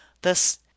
Thus